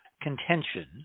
contention